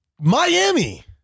Miami